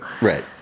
Right